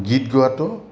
গীত গোৱাটো